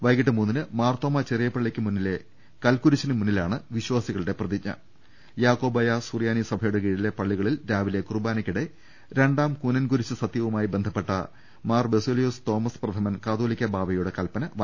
വൈകിട്ട് മൂന്നിന് മാർത്തോമാ ചെറിയ പള്ളിക്ക് മുമ്പിലെ കൽക്കുരി ശിന് മുന്നിലാണ് വിശ്വാസികളുടെ പ്രതിജ്ഞു യാക്കോബായ സുറിയാനി സഭയുടെ കീഴിലെ പള്ളികളിൽ രാവിലെ കുർബാനക്കിടെ രണ്ടാം കൂനൻ കുരിശ് സത്യവുമായി ബന്ധ പ്പെട്ട മാർ ബസേലിയോസ് തോമസ് പ്രഥമൻ കാതോലിക്ക ബാവയുടെ കൽപ്പന വായിക്കും